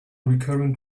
recurrent